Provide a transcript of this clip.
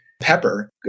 pepper